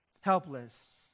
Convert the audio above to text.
helpless